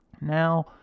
Now